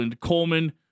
Coleman